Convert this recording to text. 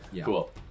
cool